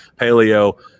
paleo